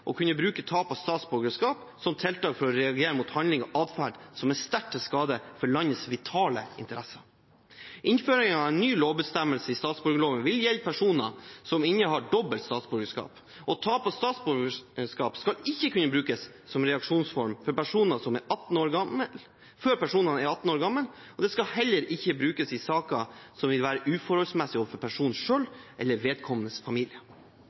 å kunne bruke tap av statsborgerskap som tiltak for å reagere mot handlinger og atferd som er sterkt til skade for landets vitale interesser. Innføring av en ny lovbestemmelse i statsborgerloven vil gjelde personer som innehar dobbelt statsborgerskap. Tap av statsborgerskap skal ikke kunne brukes som reaksjonsform før personen er 18 år gammel, og det skal heller ikke brukes i saker der det vil være uforholdsmessig overfor